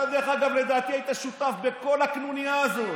אתה, דרך אגב, לדעתי, היית שותף בכל הקנוניה הזאת.